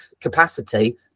capacity